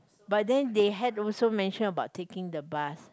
but then they had also mention about taking the bus